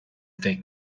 فکر